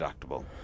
deductible